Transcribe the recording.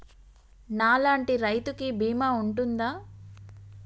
నా లాంటి రైతు కి బీమా ఉంటుందా?